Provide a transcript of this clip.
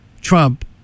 Trump